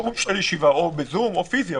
פורום של ישיבה או בזום או פיזי,